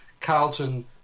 Carlton